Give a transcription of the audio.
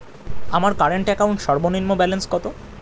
আমার current account সর্বনিম্ন balance কত?